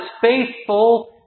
faithful